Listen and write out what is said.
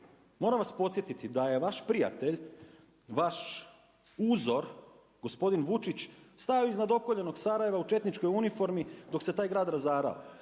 Moram vas podsjetiti da je vaš prijatelj, vaš uzor gospodin Vučić stajao iznad opkoljenog Sarajeva u četničkoj uniformi dok se taj grad razarao,